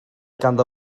ganddo